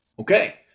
Okay